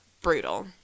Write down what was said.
brutal